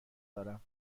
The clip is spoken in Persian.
دارم